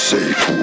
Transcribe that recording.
Safe